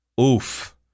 Oof